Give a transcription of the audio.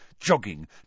jogging